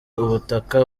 ubutaka